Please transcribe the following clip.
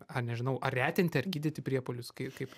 ar nežinau ar retinti ar gydyti priepuolius kai kaip